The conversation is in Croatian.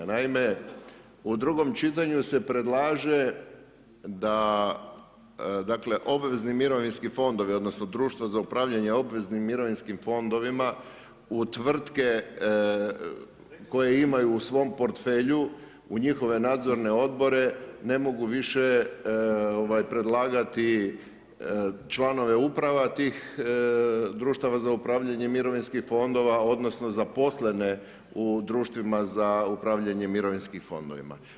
Naime, u drugom čitanju se predlaže da, dakle, obvezni mirovinski fondovi odnosno društva za upravljanje obveznim mirovinskim fondovima u tvrtke koje imaju u svom portfelju, u njihove Nadzorne odbore, ne mogu više predlagati članove uprava tih društava za upravljanje mirovinskih fondova odnosno zaposlene u društvima za upravljanje mirovinskim fondovima.